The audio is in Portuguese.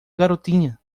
garotinha